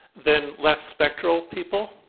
than less spectral people?